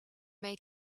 may